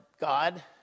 God